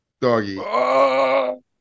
Doggy